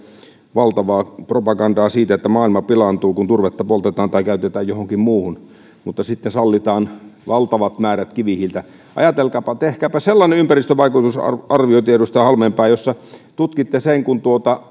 valtavaa propagandaa siitä että maailma pilaantuu kun turvetta poltetaan tai käytetään johonkin muuhun mutta sitten sallitaan valtavat määrät kivihiiltä ajatelkaapa tehkääpä sellainen ympäristövaikutusarviointi edustaja halmeenpää jossa tutkitte sen kun